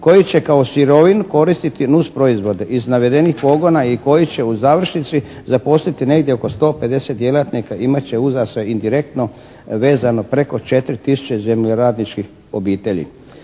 koji će kao sirovinu koristiti nus proizvode iz navedenih pogona i koji će u završnici zaposliti negdje oko 150 djelatnika imat će uza se indirektno vezano preko 4 tisuće zemljoradničkih obitelji.